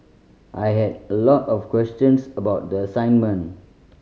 I had a lot of questions about the assignment